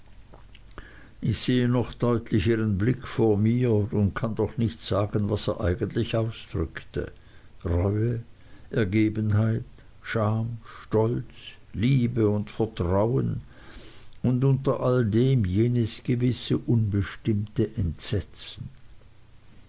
ich sehe noch deutlich ihren blick vor mir und kann doch nicht sagen was er eigentlich ausdrückte reue ergebenheit scham stolz liebe und vertrauen und unter all dem jenes gewisse unbestimmte entsetzen